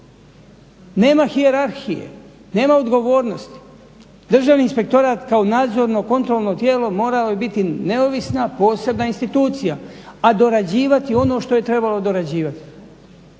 Nema hijerarhije. Nema odgovornosti. Državni inspektorat kao nadzorno kontrolno tijelo moralo bi biti neovisna posebna institucija a dorađivati ono što bi trebalo dorađivati.